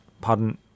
pardon